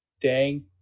thank